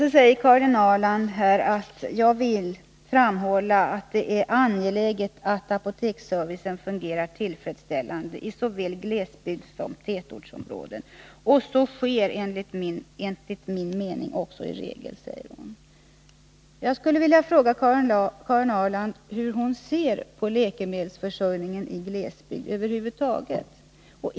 Sedan säger Karin Ahrland: ”Jag vill ——— framhålla att det givetvis är angeläget att apoteksservicen fungerar tillfredsställande i såväl glesbygdssom tätortsområden. Så sker enligt min mening också i regel.” Jag skulle vilja fråga Karin Ahrland hur hon ser på läkemedelsförsörjningen i glesbygd över huvud taget.